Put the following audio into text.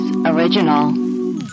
Original